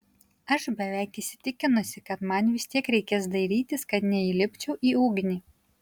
aš beveik įsitikinusi kad man vis tiek reikės dairytis kad neįlipčiau į ugnį